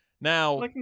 Now